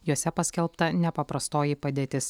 jose paskelbta nepaprastoji padėtis